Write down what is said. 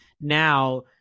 now